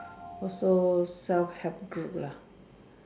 also self help group lah